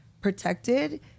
protected